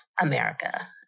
America